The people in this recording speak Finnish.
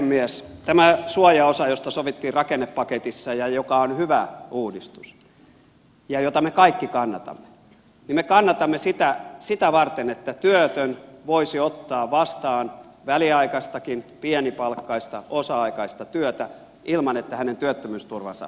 tätä suojaosaa josta sovittiin rakennepaketissa ja joka on hyvä uudistus ja jota me kaikki kannatamme me kannatamme sitä varten että työtön voisi ottaa vastaan väliaikaistakin pienipalkkaista osa aikaista työtä ilman että hänen työttömyysturvansa siitä kärsii